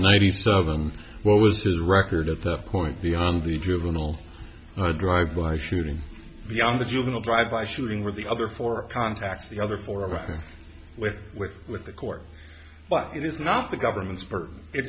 ninety seven what was his record at that point beyond the juvenile drive by shooting beyond the juvenile drive by shooting with the other four contacts the other four of us with with the court it is not the government's